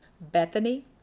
Bethany